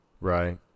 Right